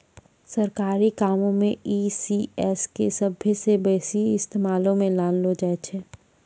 सरकारी कामो मे ई.सी.एस के सभ्भे से बेसी इस्तेमालो मे लानलो जाय छै